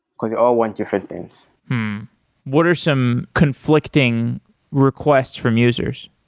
because they all want different things what are some conflicting requests from users?